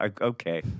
Okay